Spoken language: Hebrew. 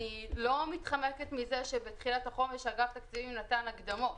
אני לא מתחמקת מזה שבתחילת החומש אגף תקציבים נתן הקדמות,